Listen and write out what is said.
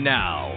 now